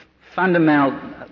fundamental